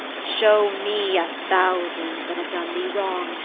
show me a thousand that hath done thee wrong,